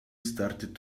started